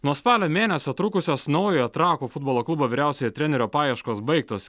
nuo spalio mėnesio trukusios naujojo trakų futbolo klubo vyriausiojo trenerio paieškos baigtos